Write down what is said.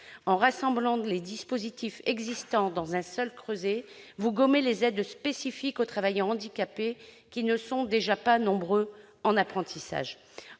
en rassemblant les dispositifs existants dans un seul creuset, vous gommez les aides spécifiques aux travailleurs handicapés, déjà peu nombreux en apprentissage.